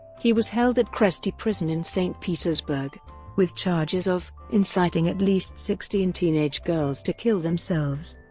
he was held at kresty prison in st. petersburg with charges of inciting at least sixteen teenage girls to kill themselves.